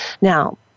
now